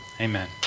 Amen